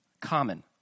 common